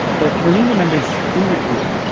but maureen remembers in their group,